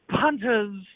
punters